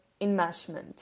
enmeshment